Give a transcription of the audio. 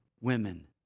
women